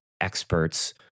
experts